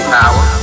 power